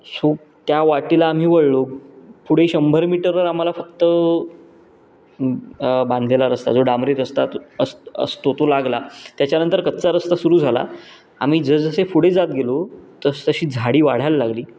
so त्या वाटेला आम्ही वळलो पुढे शंभर मीटरवर आम्हाला फक्त बांधलेला रस्ता जो डांबरी रस्ता असं असतो तो लागला त्याच्यानंतर कच्चा रस्ता सुरू झाला आम्ही जसजसे पुढे जात गेलो तसतशी झाडी वाढायला लागली